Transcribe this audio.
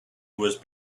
was